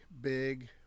big